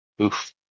Oof